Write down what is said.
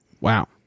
wow